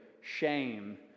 shame